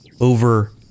over